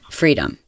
freedom